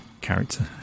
character